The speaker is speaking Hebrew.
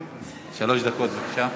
שלוש דקות, בבקשה.